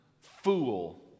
Fool